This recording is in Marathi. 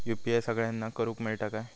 यू.पी.आय सगळ्यांना करुक मेलता काय?